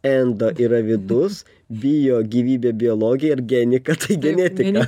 endo yra vidus bio gyvybė biologija ir genika genetika